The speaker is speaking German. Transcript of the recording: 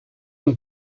und